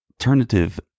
alternative